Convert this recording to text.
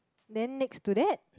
then next to that